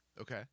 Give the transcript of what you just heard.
Okay